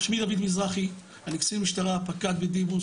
שמי דוד מזרחי, אני קצין משטרה, פקד בדימוס.